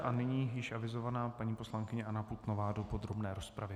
A nyní již avizovaná paní poslankyně Anna Putnová do podrobné rozpravy.